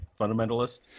fundamentalist